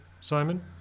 Simon